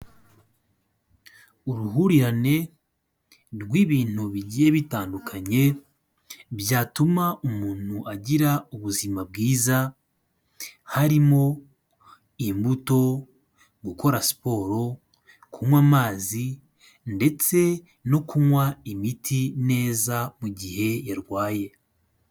Uruhurirane rw'ibintu bigiye bitandukanye byatuma umuntu agira ubuzima bwiza, harimo imbuto, gukora siporo, kunywa amazi, ndetse no kunywa imiti neza mu gihe yarwaye.